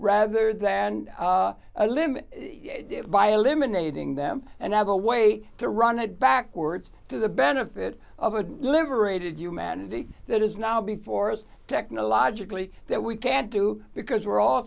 rather than limit by eliminating them and have a way to run it backwards to the benefit of a liberated humanity that is now before us technologically that we can't do because we're all